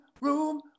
room